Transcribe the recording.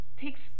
takes